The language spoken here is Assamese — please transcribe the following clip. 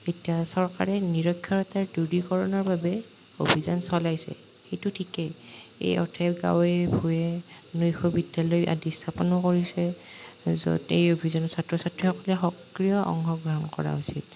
এতিয়া চৰকাৰে নিৰক্ষৰতা দূৰীকৰণৰ বাবে অভিযান চলাইছে সেইটো ঠিকেই এই অৰ্থে গাঁৱে ভূঞে নৈশ বিদ্যালয় আদি স্থাপনো কৰিছে য'ত এই অভিযানত ছাত্ৰ ছাত্ৰীসকলে সক্ৰিয় অংশগ্ৰহণ কৰা উচিত